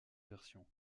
version